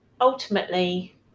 ultimately